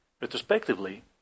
Retrospectively